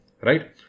Right